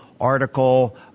article